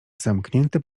zamknięte